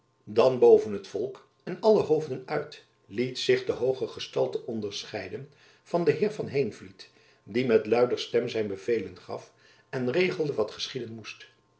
dan boven t volck en alle hoofden uit liet zich de hooge gestalte onderscheiden van den heer van heenvliet die met luider stem zijn bevelen gaf en regelde wat geschieden moest